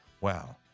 wow